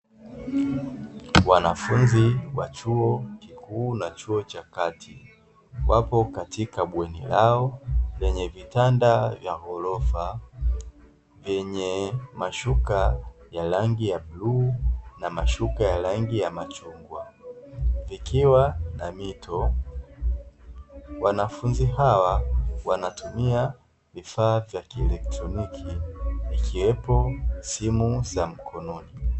Wanafunzi wa chuo kikuu na chuo cha kati wapo katika bweni lao lenye vitanda vya ghorofa vyenye mashuka ya rangi ya bluu, na mashuka mazuri ya rangi ya machungwa, vikiwa na mito. Wanafunzi hawa wanatumia vifaa vya kielektroniki ikiwepo simu za mkononi.